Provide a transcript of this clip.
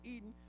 Eden